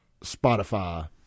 Spotify